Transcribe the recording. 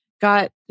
got